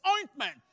ointment